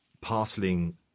parceling